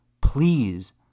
please